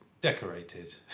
decorated